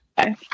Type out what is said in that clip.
Okay